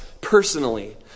personally